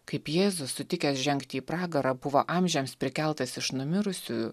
kaip jėzus sutikęs žengti į pragarą buvo amžiams prikeltas iš numirusiųjų